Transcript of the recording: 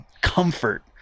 comfort